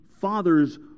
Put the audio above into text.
fathers